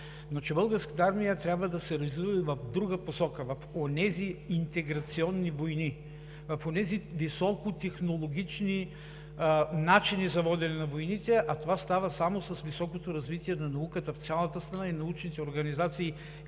но Българската армия трябва да се развива и в друга посока – в онези интеграционни войни, в онези високотехнологични начини за водене на войните, а това става само с високото развитие на науката в цялата страна и научните организации.